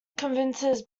convinces